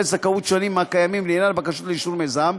זכאות שונים מהקיימים לעניין בקשות לאישור מיזם,